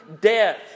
death